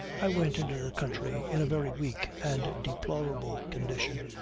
i went into the country, in a very weak and deplorable condition,